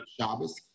Shabbos